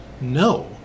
No